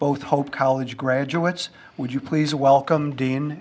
both hope college graduates would you please welcome dean